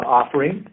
offering